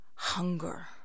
hunger